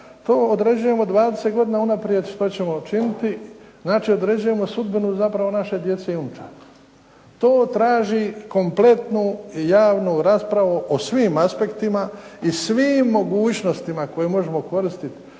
to određujemo 20 godina unaprijed što ćemo učiniti. Znači određujemo sudbinu zapravo naše djece i unučadi. To traži kompletnu i javnu raspravu o svim aspektima i svim mogućnostima koje možemo koristiti.